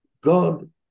God